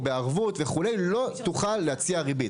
בערבות וכו' לא תוכל להציע ריבית.